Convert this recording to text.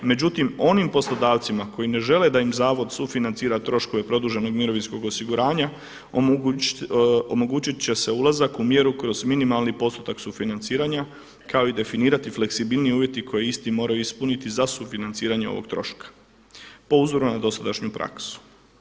Međutim onim poslodavcima koji ne žele da im zavod sufinancira troškove produženog mirovinskog osiguranja, omogućiti će se ulazak u mjeru kroz minimalni postotak sufinanciranja kao i definirati fleksibilniji uvjeti koje isti moraju ispuniti za sufinanciranje ovog troška po uzoru na dosadašnju praksu.